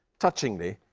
touchingly,